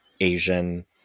Asian